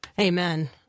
Amen